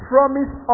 Promise